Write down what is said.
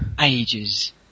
Ages